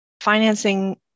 financing